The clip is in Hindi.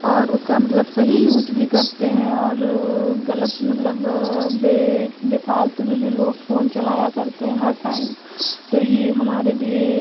और उसका मतलब सही यूज़ भी करते हैं और गलत मतलब बे बेफ़ालतू में भी लोग फ़ोन चलाया करते हैं हर टाइम तो यह हमारे लिए